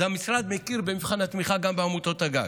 אז המשרד מכיר במבחן התמיכה גם בעמותות הגג.